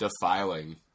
defiling